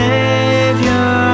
Savior